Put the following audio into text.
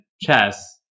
chess